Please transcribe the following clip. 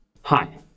Hi